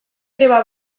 greba